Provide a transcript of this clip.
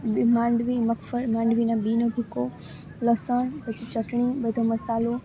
બે માંડવી મગફળી માંડવીનાં બીનો ભૂકો લસણ પછી ચટણી બધો મસાલો